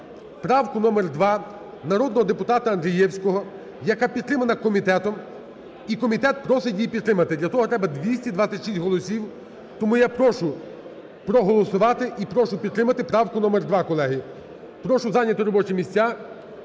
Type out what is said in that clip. правку номер 2 народного депутата Андрієвського, яка підтримана комітетом і комітет просить її підтримати, для того треба 226 голосів. Тому я прошу проголосувати і прошу підтримати правку номер 2, колеги. Прошу зайняти робочі місця,